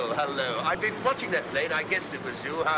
hello. i've been watching that plane. i guessed it was you.